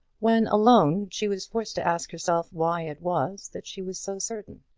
when alone, she was forced to ask herself why it was that she was so certain.